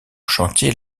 chantier